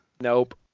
Nope